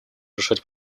решать